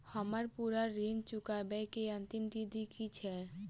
हम्मर पूरा ऋण चुकाबै केँ अंतिम तिथि की छै?